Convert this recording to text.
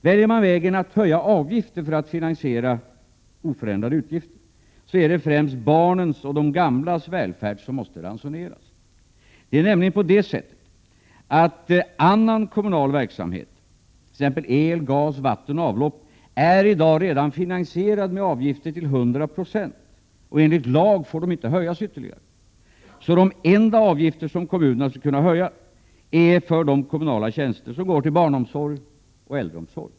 Väljer man vägen att höja avgifterna för att finansiera oförändrade utgifter, är det främst barnens och de gamlas välfärd som måste ransoneras. Annan kommunal verksamhet, t.ex. el, gas, vatten och avlopp, är nämligen i dag redan finansierad till 100 90 med avgifter, och dessa får enligt lag inte höjas ytterligare. De enda avgifter som kommunerna skulle kunna höja är alltså de som tas ut för kommunala tjänster i form av barnomsorg och äldreomsorg.